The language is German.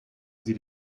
sie